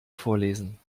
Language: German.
vorlesen